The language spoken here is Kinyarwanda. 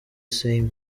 same